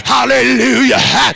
Hallelujah